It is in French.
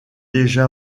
déjà